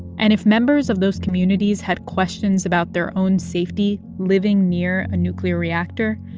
and if members of those communities had questions about their own safety living near a nuclear reactor,